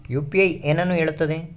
UPI ಏನನ್ನು ಹೇಳುತ್ತದೆ?